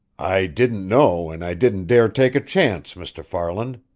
i didn't know and i didn't dare take a chance, mr. farland.